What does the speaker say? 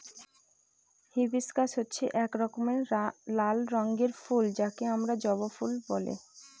hibiscus হচ্ছে এক রকমের লাল রঙের ফুল যাকে আমরা জবা ফুল বলে